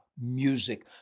music